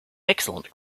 excellent